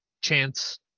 chance